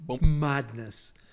Madness